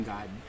God